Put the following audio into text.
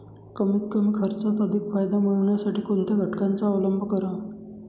कमीत कमी खर्चात अधिक फायदा मिळविण्यासाठी कोणत्या घटकांचा अवलंब करावा?